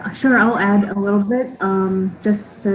um sure. i'll add a little bit um just